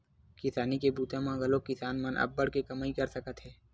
किसानी के बूता म घलोक किसान मन अब्बड़ के कमई कर सकत हे